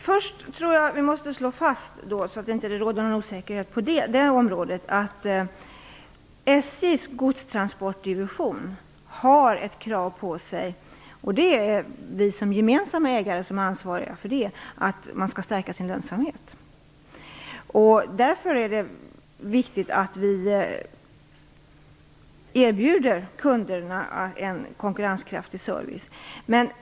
Fru talman! För att det inte skall råda någon osäkerhet på området tror jag att vi först måste slå fast att SJ:s godstransportdivision har krav på sig att stärka sin lönsamhet. Det är vi som gemensamma ägare som är ansvariga för det. Därför är det viktigt att vi erbjuder kunderna en konkurrenskraftig service.